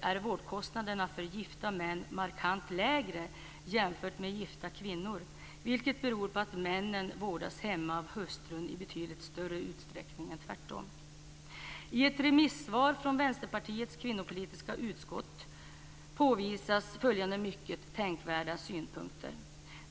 är vårdkostnaderna för gifta män markant lägre än för gifta kvinnor, vilket beror på att männen vårdas hemma av hustrun i betydligt större utsträckning än tvärtom. I ett remissvar från Vänsterpartiets kvinnopolitiska utskott påvisas följande mycket tänkvärda synpunkter.